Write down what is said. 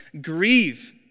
Grieve